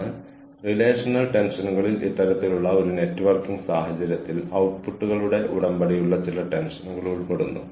നമ്മൾ നിങ്ങൾക്ക് വീഡിയോ കോഴ്സുകൾ മാത്രമല്ല മികച്ച പ്രകടനം കാഴ്ചവെച്ചതിന് സർട്ടിഫിക്കറ്റുകളും നൽകുന്നു